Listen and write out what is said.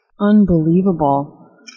unbelievable